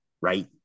right